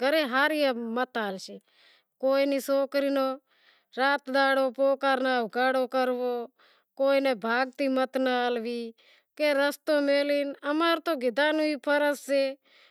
کرشے، کوئی نی سوکری نو کوئی بھاگتی مت ہالوی امارو تو